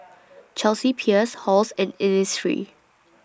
Chelsea Peers Halls and Innisfree